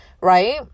right